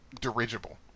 dirigible